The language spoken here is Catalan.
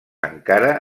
encara